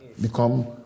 become